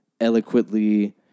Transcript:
eloquently